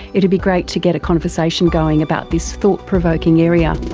it'd be great to get a conversation going about this thought provoking area.